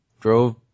drove